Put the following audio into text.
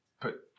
put